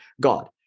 God